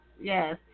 Yes